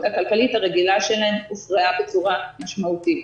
הכלכלית הרגילה שלהם הופרעה בצורה משמעותית.